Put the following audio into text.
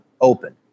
open